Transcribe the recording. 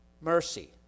mercy